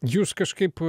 jūs kažkaip